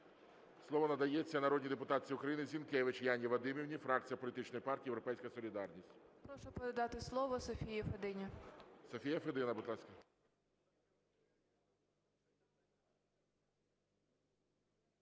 Слово надається народній депутатці України Зінкевич Яні Вадимівні, фракція політичної партії "Європейська солідарність". 11:24:57 ЗІНКЕВИЧ Я.В. Прошу передати слово Софії Федині.